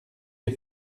des